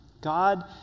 God